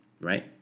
Right